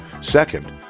Second